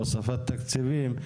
הוספת תקציבים,